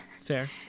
fair